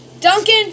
Duncan